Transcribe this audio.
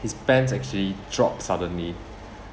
his pants actually dropped suddenly